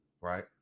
right